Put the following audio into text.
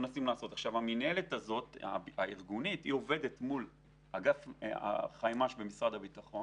המינהלת הזאת עובדת מול אגף חיימ"ש במשרד הביטחון